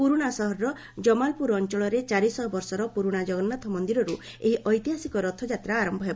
ପୁରୁଣା ସହରର ଜମାଲପୁର ଅଞ୍ଚଳରେ ଚାରିଶହ ବର୍ଷର ପୁରୁଣା ଜଗନ୍ନାଥ ମନ୍ଦରିରୁ ଏହି ଐତିହାସିକ ରଥଯାତ୍ରା ଆରମ୍ଭ ହେବ